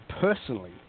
personally